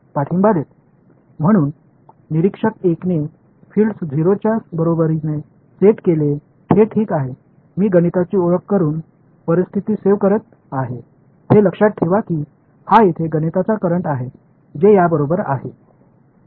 म्हणून निरीक्षक 1 ने फिल्ड्स 0 च्या बरोबरीने सेट केले हे ठीक आहे मी गणिताची ओळख करुन परिस्थिती सेव्ह करत आहे हे लक्षात ठेवा की हा येथे गणिताचा करंट आहे जे या बरोबर आहे